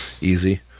Easy